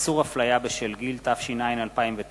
(איסור אפליה בשל גיל), התש”ע 2009,